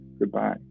Goodbye